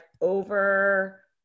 over